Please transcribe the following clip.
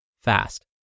fast